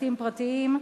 בתים פרטיים.